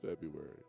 February